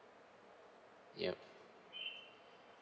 yup